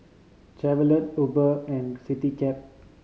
Chevrolet Uber and Citycab